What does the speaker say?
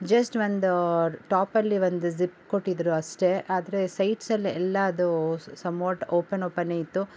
just ಒಂದು ಟಾಪಲ್ಲಿ ಒಂದು ಜಿ಼ಪ್ ಕೊಟ್ಟಿದ್ರು ಅಷ್ಟೆ ಆದರೆ ಸೈಡ್ಸಲ್ಲಿ ಎಲ್ಲವೂ ಸಮ್ ವಾಟ್ ಓಪನ್ ಓಪನ್ನೇ ಇತ್ತು